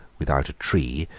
without a tree,